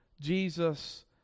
Jesus